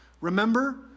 Remember